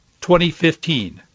2015